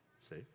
see